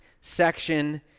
section